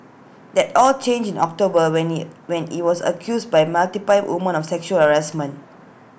that all changed in October when he when he was accused by multiple women of sexual harassment